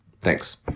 Thanks